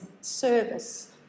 service